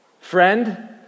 Friend